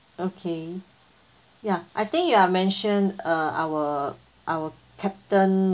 okay ya I think you are mentioned uh our our captain